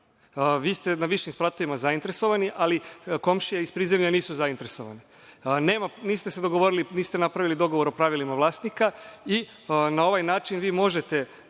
Vi ste na višim spratovima zainteresovani, ali komšije iz prizemlja nisu zainteresovane. Niste se dogovorili, niste napravili dogovor o pravilima vlasnika i na ovaj način vi možete